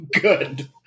good